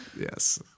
Yes